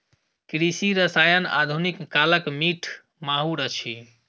कृषि रसायन आधुनिक कालक मीठ माहुर अछि